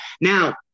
Now